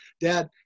Dad